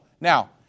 Now